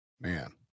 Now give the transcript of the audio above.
Man